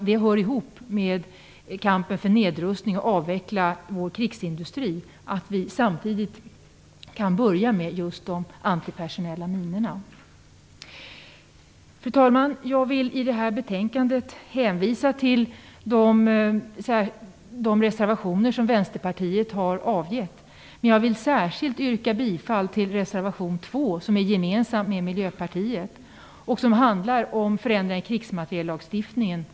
Det hör ihop med kampen för nedrustning och för att avveckla vår krigsindustri att vi samtidigt kan börja med de antipersonella minorna. Fru talman! Jag vill i detta betänkande hänvisa till de reservationer Vänsterpartiet har avgett, men jag vill särskilt yrka bifall till reservation 2 som är gemensam med Miljöpartiet och handlar om förändringar i krigsmateriellagstiftningen.